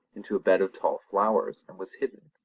into a bed of tall flowers, and was hidden.